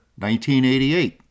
1988